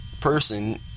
person